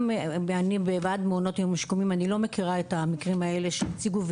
אני בוועד מעונות היום השיקומיים ואני לא מכירה את המקרים האלה שהציגו,